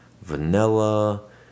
vanilla